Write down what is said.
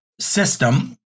system